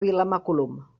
vilamacolum